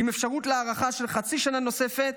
עם אפשרות להארכה של חצי שנה נוספת,